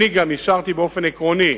אני גם אישרתי באופן עקרוני,